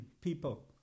people